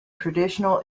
traditional